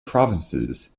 provinces